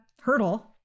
hurdle